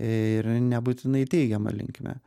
ir nebūtinai teigiama linkme